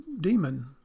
demon